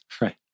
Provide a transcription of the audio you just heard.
right